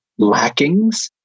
lackings